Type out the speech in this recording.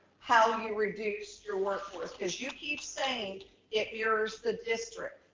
how you reduced your workforce. cause you keep saying it mirrors the district,